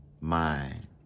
mind